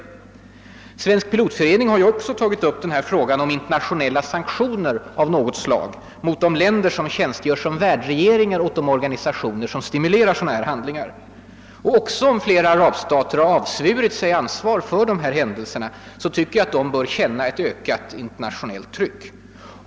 Jag visade att Svensk pilotförening också tagit upp frågan om internationella sanktioner av något slag mot de länder som tjänstgör som värdar för de organisationer som stimulerar handlingar av denna typ. även om flera arabstater och palestinska organisationer har avsvurit sig ansvaret för de här händelserna bör arabstaterna känna ett ökat internationellt tryck.